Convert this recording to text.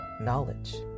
knowledge